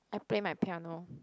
I play my piano